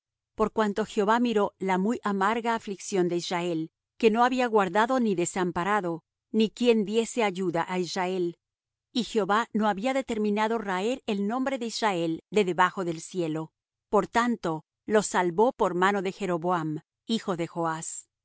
por cuanto jehová miró la muy amarga aflicción de israel que no había guardado ni desamparado ni quien diese ayuda á israel y jehová no había determinado raer el nombre de israel de debajo del cielo por tanto los salvó por mano de jeroboam hijo de joas